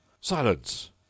Silence